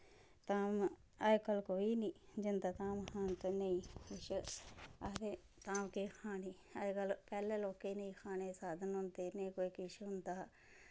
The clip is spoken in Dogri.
धाम अज्जकल कोई निं जंदा धाम खान ते नेईं किश आखदे धाम केह् खानी अज्जकल पैह्लें लोकें नेईं खाने दे साधन होंदे नेईं कोई किश होंदा हा